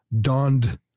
donned